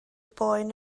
boen